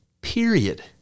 Period